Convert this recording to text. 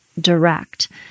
direct